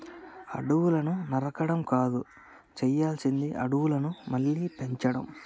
అడవులను నరకడం కాదు చేయాల్సింది అడవులను మళ్ళీ పెంచడం